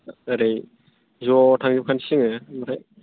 ओरै ज' थांजोब खासै जोङो ओमफ्राय